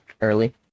early